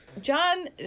John